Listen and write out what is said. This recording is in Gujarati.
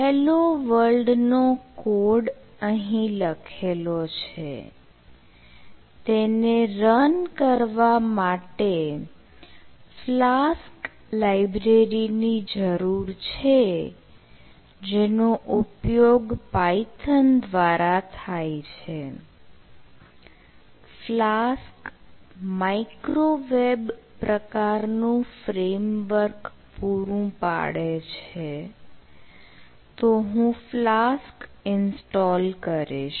"hello world" નો કોડ અહીં લખેલો છે તેને રન કરવા માટે ફ્લાસ્ક ઇન્સ્ટોલ કરીશ